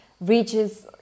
reaches